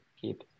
keep